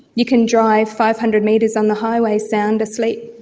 you can drive five hundred metres on the highway sound asleep.